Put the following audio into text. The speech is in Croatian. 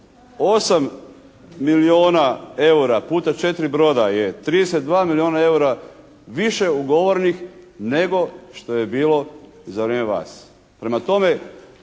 8 milijuna eura puta 4 broda je 32 milijuna eura više ugovorenih nego što je bilo za vrijeme vas. Prema tome,